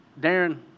Darren